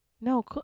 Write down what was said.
No